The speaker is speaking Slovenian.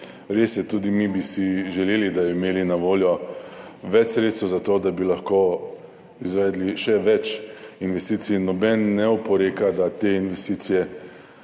res je, tudi mi bi si želeli, da bi imeli na voljo več sredstev za to, da bi lahko izvedli še več investicij. Nihče ne oporeka, da te investicije